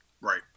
Right